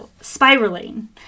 spiraling